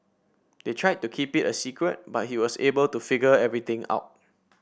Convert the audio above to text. they tried to keep it a secret but he was able to figure everything out